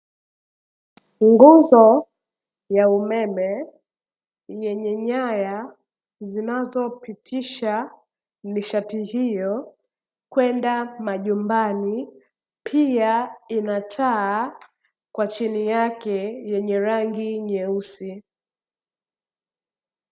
Nguzo ya umeme yenye nyaya zinazo pitisha nishati hiyo kwenda majumbani, Pia ina taa kwa chini yake yenye rangi nyeusi.